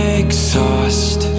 exhaust